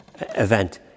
event